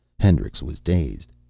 hendricks was dazed.